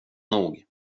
nog